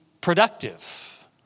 productive